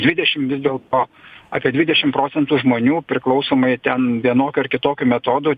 dvidešim vis dėlto apie dvidešim procentų žmonių priklausomai ten vienokiu ar kitokiu metodu